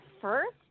first